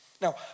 Now